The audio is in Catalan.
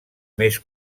més